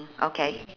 okay